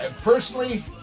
Personally